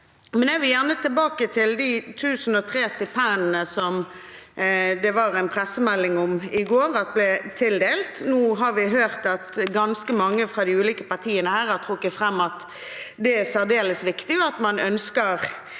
Jeg vil gjerne tilbake til de 1 003 stipendene som det var en pressemelding om i går at ble tildelt. Nå har vi hørt at ganske mange fra de ulike partiene her har trukket fram at det er særdeles viktig, og at man ønsker